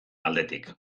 aldetik